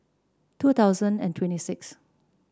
two thousand and twenty six